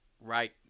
right